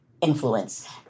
influence